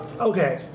okay